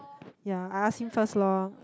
ya I ask him first lor